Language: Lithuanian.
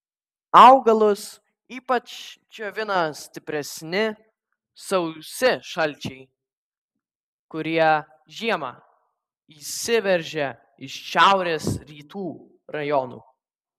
augalus ypač džiovina stipresni sausi šalčiai kurie žiemą įsiveržia iš šiaurės rytų rajonų